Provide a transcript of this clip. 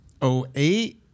08